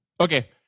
Okay